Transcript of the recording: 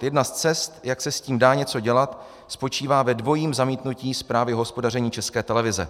Jedna z cest, jak se s tím dá něco dělat, spočívá ve dvojím zamítnutí zprávy o hospodaření České televize.